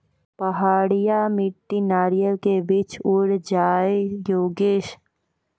पहाड़िया मिट्टी नारियल के वृक्ष उड़ जाय योगेश?